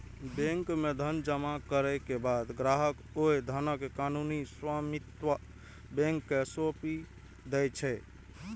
bank मे धन जमा करै के बाद ग्राहक ओइ धनक कानूनी स्वामित्व बैंक कें सौंपि दै छै